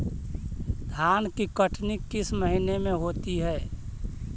धान की कटनी किस महीने में होती है?